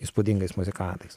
įspūdingais muzikantais